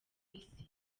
isi